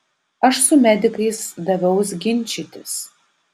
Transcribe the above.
aš su medikais daviaus ginčytis